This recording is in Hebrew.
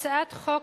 הצעת חוק